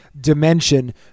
dimension